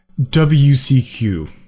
WCQ